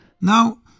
Now